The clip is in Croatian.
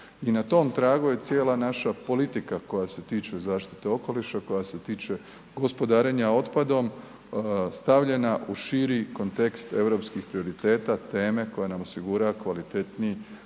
i na tom tragu je cijela naša politika koja se tiče zaštite okoliša, koja se tiče gospodarenja otpadom, stavljena u širi kontekst europskih prioriteta, teme koja nam osigurava kvalitetniji,